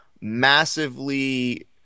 massively